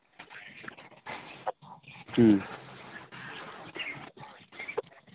ꯎꯝ